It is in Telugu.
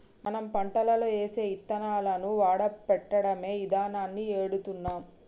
మనం పంటలో ఏసే యిత్తనాలను వాడపెట్టడమే ఇదానాన్ని ఎడుతున్నాం